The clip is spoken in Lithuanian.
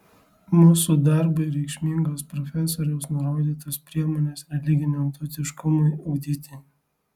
mūsų darbui reikšmingos profesoriaus nurodytos priemonės religiniam tautiškumui ugdyti